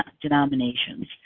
denominations